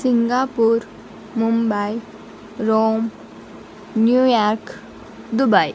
Singapore Mumbai Rome New York Dubai